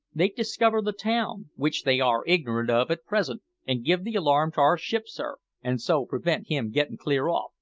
they'd discover the town, which they are ignorant of at present, and give the alarm to our ship, sir, an' so prevent him gettin' clear off,